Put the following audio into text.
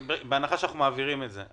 בהנחה שאנחנו מעבירים את זה,